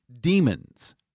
Demons